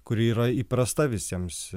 kuri yra įprasta visiems